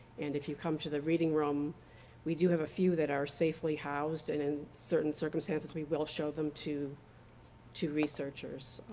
and if you come to the reading room we do have a few that are safely housed and in certain circumstances we will show them to to researchers.